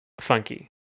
funky